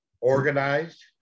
organized